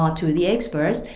ah to the experts,